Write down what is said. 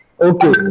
okay